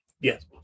Yes